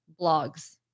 Blogs